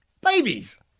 babies